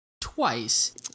twice